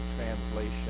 Translation